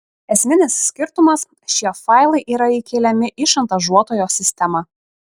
esminis skirtumas šie failai yra įkeliami į šantažuotojo sistemą